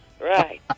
Right